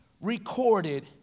recorded